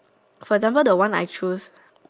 for example the one I choose